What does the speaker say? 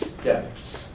steps